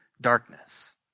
darkness